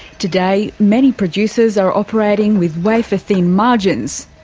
today many producers are operating with wafer-thin margins.